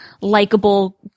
likable